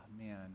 man